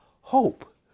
hope